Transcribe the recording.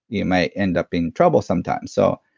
you might end up in trouble sometimes. so,